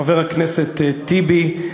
חבר הכנסת טיבי,